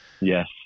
Yes